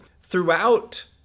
Throughout